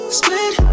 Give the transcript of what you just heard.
split